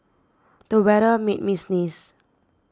the weather made me sneeze